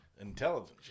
intelligence